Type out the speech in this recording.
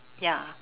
ya